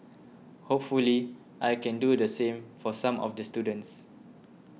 hopefully I can do the same for some of the students